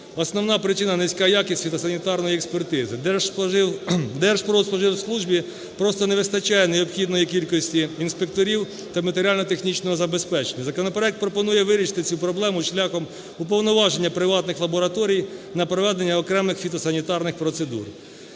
Основна причина – низька якість фітосанітарної експертизи. Держпродспоживслужбі просто не вистачає необхідної кількості інспекторів та матеріально-технічного забезпечення. Законопроект пропонує вирішити цю проблему шляхом уповноваження приватних лабораторій на проведення окремих фітосанітарних процедур,